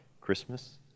Christmas